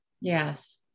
yes